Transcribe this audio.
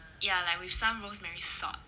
ya like with some rosemary salt